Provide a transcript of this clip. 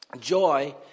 joy